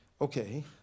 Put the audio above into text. okay